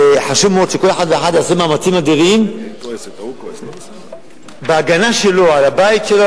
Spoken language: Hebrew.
אבל חשוב מאוד שכל אחד ואחד יעשה מאמצים אדירים בהגנה שלו על הבית שלו,